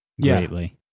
greatly